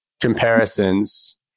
comparisons